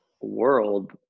world